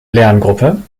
lerngruppe